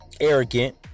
arrogant